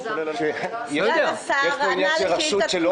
סגן השר ענה על שאילתה.